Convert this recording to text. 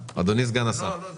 אדוני סגן השר, מאיר, בבקשה.